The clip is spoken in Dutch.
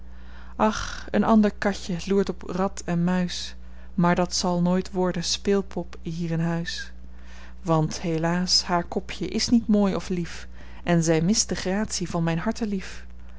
ach een ander katje loert op rat en muis maar dat zal nooit worden speelpop hier in huis want helaas haar kopje is niet mooi of lief en zij mist de gratie van mijn hartelief